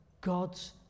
God's